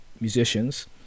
musicians